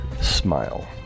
smile